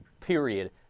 period